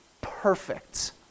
perfect